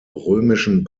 römischen